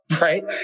right